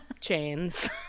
chains